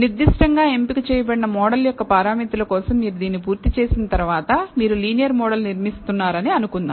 నిర్ధిష్టంగా ఎంపిక చేయబడిన మోడల్ యొక్క పారామితులు కోసం మీరు దీన్ని పూర్తి చేసిన తర్వాత మీరు లీనియర్ మోడల్ నిర్మిస్తున్నారని అనుకుందాం